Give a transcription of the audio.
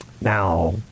Now